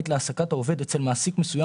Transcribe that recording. בסעיף 1ד, במקום סעיף קטן (ה)